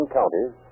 counties